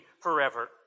forever